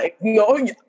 no